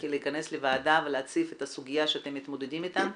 להיכנס לוועדה ולהציף את הסוגיה שאתם מתמודדים איתה,